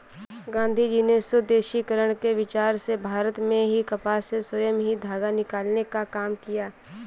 गाँधीजी ने स्वदेशीकरण के विचार से भारत में ही कपास से स्वयं ही धागा निकालने का काम किया